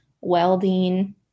welding